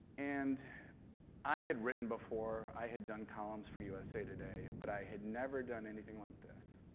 and i had written before, i had done columns for usa today, but i had never done anything like this.